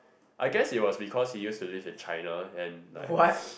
I guess it was because he used to live in China and like